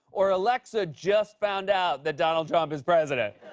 or alexa just found out that donald trump is president.